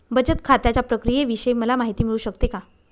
बचत खात्याच्या प्रक्रियेविषयी मला माहिती मिळू शकते का?